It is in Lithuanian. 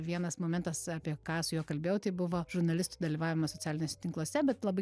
vienas momentas apie ką su juo kalbėjau tai buvo žurnalistų dalyvavimas socialiniuose tinkluose bet labai